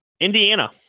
Indiana